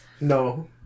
No